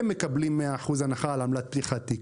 הם מקבלים מאה אחוז הנחה על עמלת פתיחת תיק.